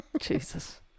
Jesus